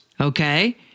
okay